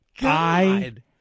God